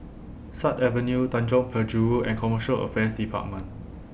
Sut Avenue Tanjong Penjuru and Commercial Affairs department